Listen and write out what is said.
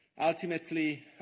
Ultimately